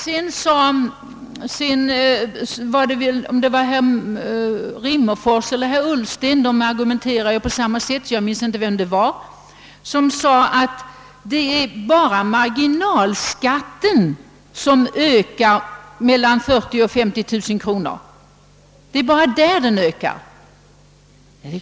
Vidare sade herr Rimmerfors eller herr Ullsten — de argumenterar ju på samma sätt — att det är bara i inkomstskikten mellan 40 000 och 50 000 kro nor som marginalskatten ökar.